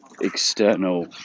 external